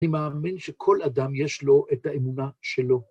אני מאמין שכל אדם יש לו את האמונה שלו.